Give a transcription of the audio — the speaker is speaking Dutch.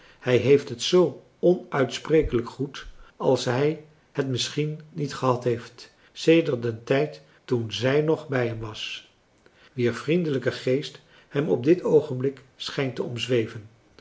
hij heeft het zoo onuitsprekelijk goed als hij het misschien niet gehad heeft sedert den tijd toen zj nog bij hem was wier vriendelijke geest hem op dit oogenblik schijnt te